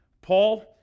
Paul